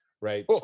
right